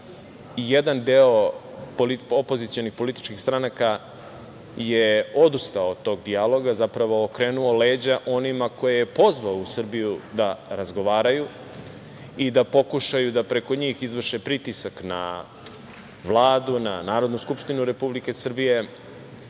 jedan deo opozicionih političkih stranaka je odustao od tog dijaloga, zapravo okrenuo leđa onima koje je pozvao u Srbiju da razgovaraju i da pokušaju da preko njih izvrše pritisak na Vladu, na Narodnu skupštinu Republike Srbije,